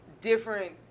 different